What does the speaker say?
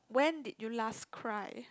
when did you last cry